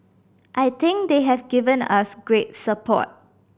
I think they have given us great support